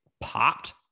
popped